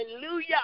Hallelujah